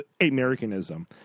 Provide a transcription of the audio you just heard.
Americanism